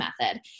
method